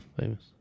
famous